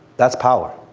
that's power.